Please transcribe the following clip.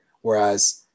Whereas